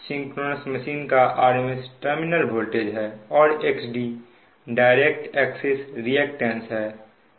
synchronous machine का rms terminal voltage है और xd डायरेक्ट एक्सिस रिएक्टेंट्स है